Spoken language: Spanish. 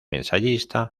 ensayista